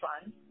fun